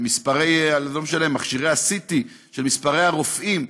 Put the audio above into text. מספר מכשירי הסי.טי, מספר הרופאים,